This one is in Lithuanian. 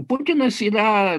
putinas yra